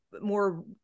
more